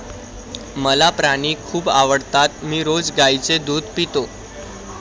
मला प्राणी खूप आवडतात मी रोज गाईचे दूध पितो